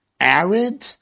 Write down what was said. arid